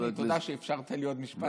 אדוני, תודה שאפשרת לי עוד משפט.